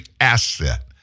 asset